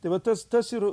tai vat tas tas ir